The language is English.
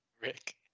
Rick